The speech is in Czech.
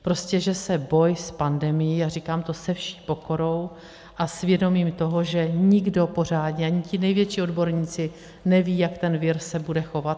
Prostě že se boj s pandemií a říkám to se vší pokorou a s vědomím toho, že nikdo pořádně, ani ti největší odborníci ne, neví, jak ten vir se bude chovat.